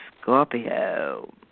Scorpio